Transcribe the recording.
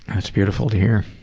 that's beautiful to hear.